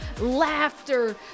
laughter